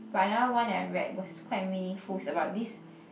but another one that I read was quite meaningful it's about this